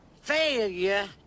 failure